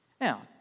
Now